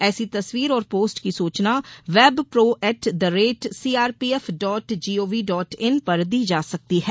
ऐसी तस्वीर और पोस्ट की सूचना web pro at the rate CRPF dot gov dot in पर दी जा सकती है